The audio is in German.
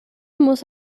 muss